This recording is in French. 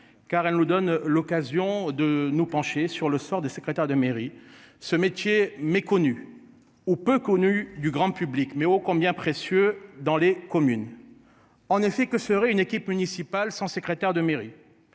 car elle nous donne l'occasion de nous pencher sur le sort de secrétaire de mairie ce métier méconnu. Oh, peu connu du grand public mais ô combien précieux dans les communes. En effet, que serait une équipe municipale son secrétaire de mairie.